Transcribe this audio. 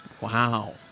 Wow